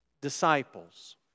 disciples